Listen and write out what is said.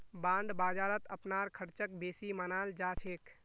bond बाजारत अपनार ख़र्चक बेसी मनाल जा छेक